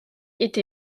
été